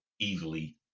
easily